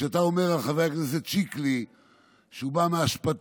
וכשאתה אומר על חבר הכנסת שקלי שהוא בא מאשפתות,